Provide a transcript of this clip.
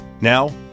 now